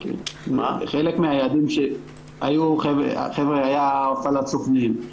חלק מהיעדים עכשיו היה הפעלת סוכנים,